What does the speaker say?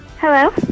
hello